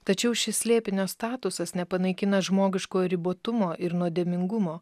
tačiau šis slėpinio statusas nepanaikina žmogiškojo ribotumo ir nuodėmingumo